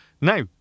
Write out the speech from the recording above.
Now